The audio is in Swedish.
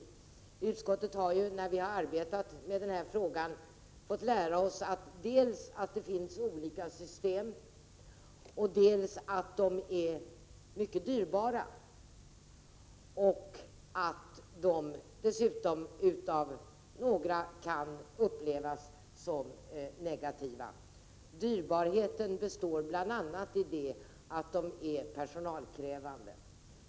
Viiutskottet har under arbetet med denna fråga fått lära oss dels att det finns olika system, dels att de är mycket dyrbara, och dessutom att de av några kan upplevas som negativa. Dyrbarheten består bl.a. i att textningen är personalkrävande.